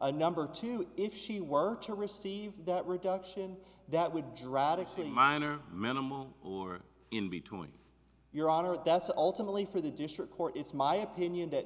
and number two if she were to receive that reduction that would drastically minor minimum or in between your honor that's ultimately for the district court it's my opinion that